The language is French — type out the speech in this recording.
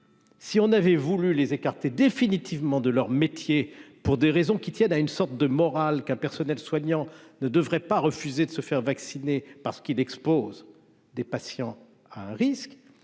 si on avait voulu les écarter définitivement de leur métier pour des raisons qui tiennent à une sorte de morale cas personnel soignant ne devrait pas refuser de se faire vacciner parce qu'il expose des patients à un risque